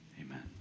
Amen